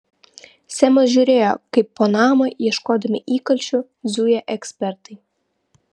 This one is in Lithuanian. semas žiūrėjo kaip po namą ieškodami įkalčių zuja ekspertai